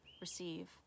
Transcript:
receive